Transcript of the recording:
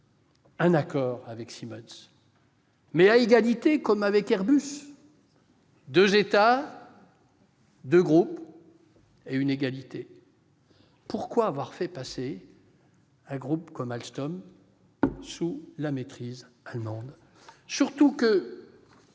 un accord avec Siemens, mais à égalité, comme dans le cas d'Airbus : deux États, deux groupes et l'égalité entre eux. Pourquoi avoir fait passer un groupe comme Alstom sous la maîtrise allemande ?